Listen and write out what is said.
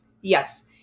yes